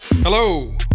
Hello